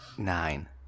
Nine